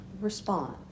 respond